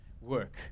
work